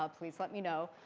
ah please let me know.